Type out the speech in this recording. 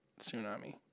Tsunami